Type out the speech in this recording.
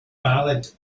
ballad